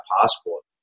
passport